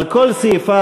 על כל סעיפיו,